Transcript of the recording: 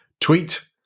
tweet